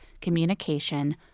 communication